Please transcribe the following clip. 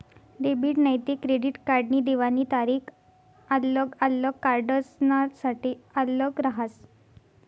debit नैते credit कार्डनी देवानी तारीख आल्लग आल्लग कार्डसनासाठे आल्लग रहास